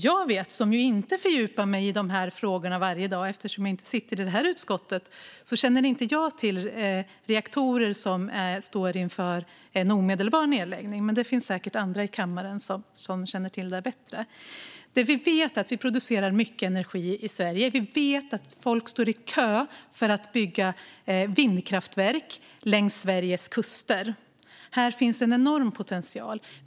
Jag, som inte fördjupar mig i dessa frågor varje dag eftersom jag inte sitter i det här utskottet, känner inte till några reaktorer som står inför en omedelbar nedläggning. Men det finns säkert andra i kammaren som känner till detta bättre. Det vi vet är att vi producerar mycket energi i Sverige. Vi vet att folk står i kö för att bygga vindkraftverk längs Sveriges kuster. Här finns en enorm potential.